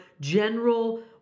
general